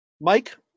Mike